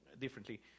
differently